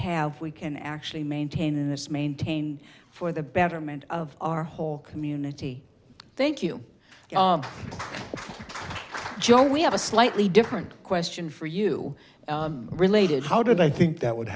have we can actually maintain this maintain for the betterment of our whole community thank you joe we have a slightly different question for you related how did i think that would